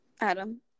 Adam